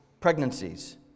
pregnancies